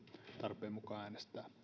tarpeen mukaan äänestää